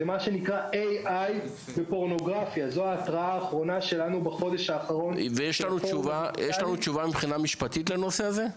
זה מה שנקרא AI. יש תשובה משפטית לנושא הזה?